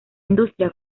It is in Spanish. industria